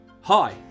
Hi